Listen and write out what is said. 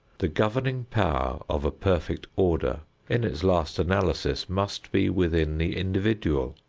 the governing power of a perfect order in its last analysis must be within the individual.